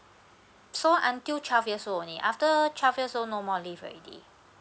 so until twelve years old only after twelve years old no more leave already